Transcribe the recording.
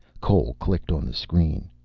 cole clicked on the screen.